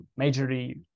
majorly